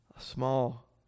small